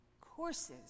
courses